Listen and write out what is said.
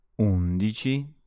Undici